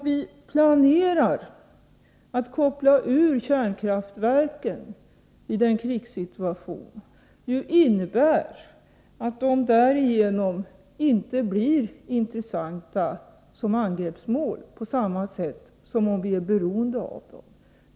Vi planerar att koppla från kärnkraftverken i en krigssituation. Det innebär att kärnkraftverken inte blir lika intressanta angreppsmål som de skulle vara om vi var beroende av dem.